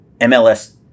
MLS